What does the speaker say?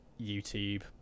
YouTube